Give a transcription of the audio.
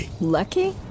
Lucky